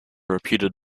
reputed